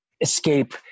escape